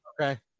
Okay